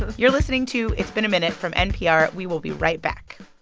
you're listening to it's been a minute from npr. we will be right back